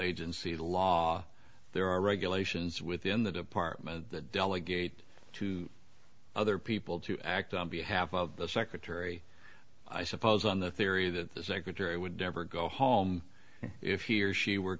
agencies law there are regulations within the department delegate to other people to act on behalf of the secretary i suppose on the theory that the secretary would never go home if he or she were